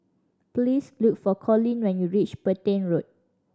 please look for Collins when you reach Petain Road